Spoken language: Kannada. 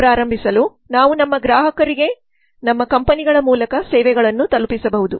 ಪ್ರಾರಂಭಿಸಲು ನಾವು ನಮ್ಮ ಗ್ರಾಹಕರಿಗೆ ನಮ್ಮ ಕಂಪನಿಗಳ ಮೂಲಕ ಸೇವೆಗಳನ್ನು ತಲುಪಿಸಬಹುದು